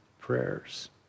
prayers